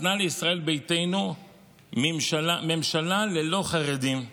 נתנה לישראל ביתנו ממשלה ללא חרדים.